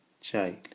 child